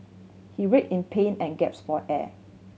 he writhed in pain and gaped for air